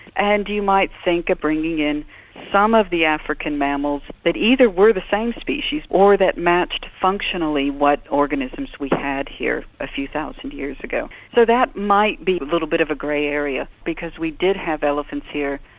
and you might think of bringing in some of the african mammals that either were the same species or that matched functionally what organisms we had here a few thousand years ago. so that might be a little bit of a grey area because we did have elephants here.